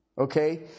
okay